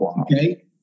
Okay